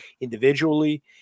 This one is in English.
individually